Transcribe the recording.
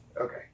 Okay